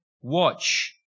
watch